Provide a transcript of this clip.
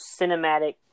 cinematic